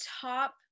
top